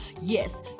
Yes